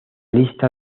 lista